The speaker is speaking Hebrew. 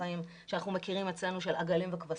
חיים שאנחנו מכירים אצלנו של עגלים וכבשים,